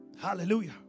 Hallelujah